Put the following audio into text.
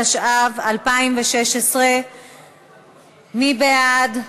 התשע"ו 2016. מי בעד?